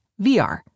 VR